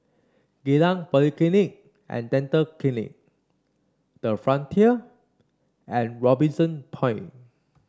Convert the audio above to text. Geylang Polyclinic and Dental Clinic the Frontier and Robinson Point